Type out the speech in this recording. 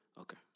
Okay